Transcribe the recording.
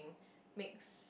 mix